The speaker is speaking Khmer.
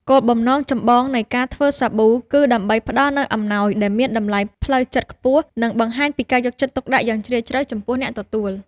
គោលបំណងចម្បងនៃការធ្វើសាប៊ូគឺដើម្បីផ្តល់នូវអំណោយដែលមានតម្លៃផ្លូវចិត្តខ្ពស់ និងបង្ហាញពីការយកចិត្តទុកដាក់យ៉ាងជ្រាលជ្រៅចំពោះអ្នកទទួល។